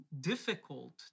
difficult